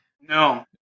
No